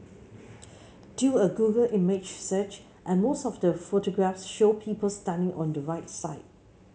do a Google image search and most of the photographs show people standing on the right side